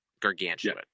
gargantuan